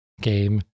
game